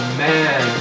man